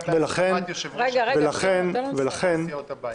בהסכמת יושב-ראש הכנסת וסיעות הבית.